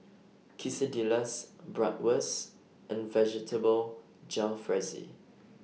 Quesadillas Bratwurst and Vegetable Jalfrezi